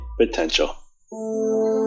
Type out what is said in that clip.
potential